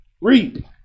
Read